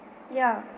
ya